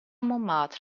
montmartre